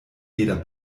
jeder